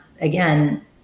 again